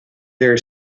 their